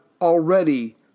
already